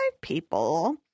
people